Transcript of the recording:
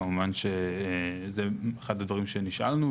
כמובן שזה אחד הדברים שנשאלנו,